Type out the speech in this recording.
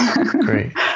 Great